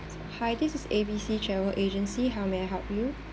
hi this is A B C travel agency how may I help you